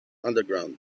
underground